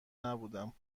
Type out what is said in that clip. نبودم